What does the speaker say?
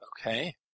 Okay